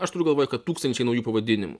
aš turiu galvoje kad tūkstančiai naujų pavadinimų